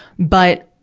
but,